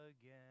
again